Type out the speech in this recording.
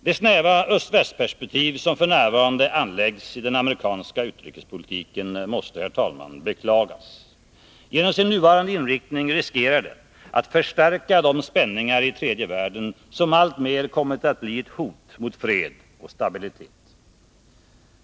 Det snäva öst-väst-perspektiv som f.n. anläggs i den amerikanska utrikespolitiken måste beklagas. Genom sin nuvarande inriktning riskerar den att förstärka de spänningar i tredje världen som alltmer kommit att bli ett hot mot fred och stabilitet.